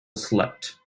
slept